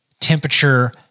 temperature